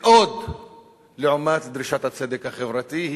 מאוד לעומת דרישת הצדק החברתי.